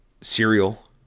Cereal